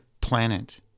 planet